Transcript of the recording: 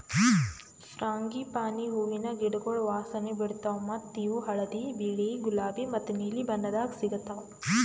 frangipani ಹೂವಿನ ಗಿಡಗೊಳ್ ವಾಸನೆ ಬಿಡ್ತಾವ್ ಮತ್ತ ಇವು ಹಳದಿ, ಬಿಳಿ, ಗುಲಾಬಿ ಮತ್ತ ನೀಲಿ ಬಣ್ಣದಾಗ್ ಸಿಗತಾವ್